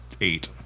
Eight